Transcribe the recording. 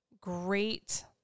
great